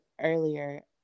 earlier